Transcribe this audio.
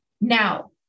Now